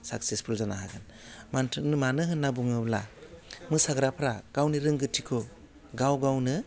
successful जानो हागोन मानथोन मानो होनना बुङोब्ला मोसाग्राफ्रा गावनि रोंगोथिखौ गाव गावनो